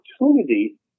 opportunity